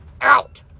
out